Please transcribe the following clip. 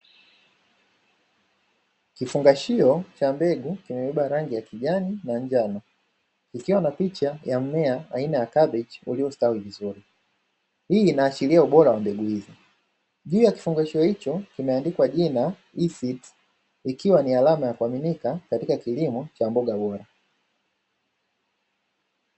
Kifungashio cha mbegu kimebeba rangi ya kijani na njano, kikiwa na picha ya mmea aina ya kabichi uliostawi vizuri. Hii inaashiria ubora wa mbegu hizo. Juu ya kifungashio hicho kimeandikwa jina "EASEED", ikiwa ni alama ya kuaminika katika kilimo cha mboga bora.